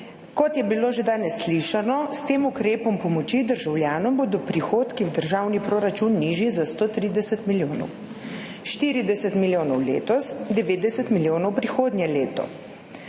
Kot je bilo že danes slišano, s tem ukrepom pomoči državljanom bodo prihodki v državni proračun nižji za 130 milijonov. 40 milijonov letos, 90 milijonov prihodnje leto.